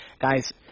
guys